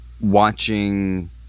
Watching